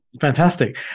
Fantastic